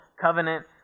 covenant